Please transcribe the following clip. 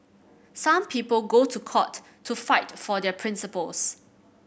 some people go to court to fight for their principles